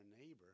neighbor